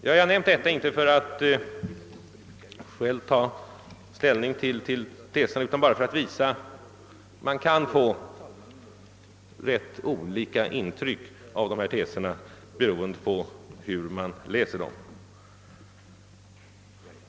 Jag har nämnt detta inte för att själv ta ställning till teserna utan bara för att visa att man kan få rätt olika intryck av dessa teser beroende på hur man läser dem.